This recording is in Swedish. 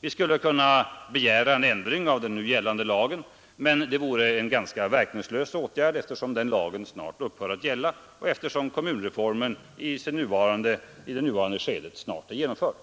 Vi skulle kunna begära en ändring av den nu gällande lagen, men det vore en ganska verkningslös åtgärd eftersom den här lagen snart upphör att gälla och eftersom kommunreformen i det nuvarande skedet snart är genomförd.